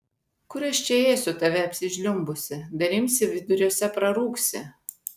kur aš čia ėsiu tave apsižliumbusį dar imsi viduriuose prarūgsi